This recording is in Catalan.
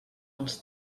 els